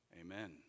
Amen